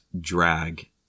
drag